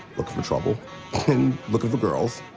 looking for trouble and looking for girls.